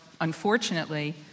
unfortunately